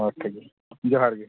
ᱦᱳᱭ ᱴᱷᱤᱠ ᱜᱮᱭᱟ ᱡᱚᱦᱟᱨ ᱜᱮ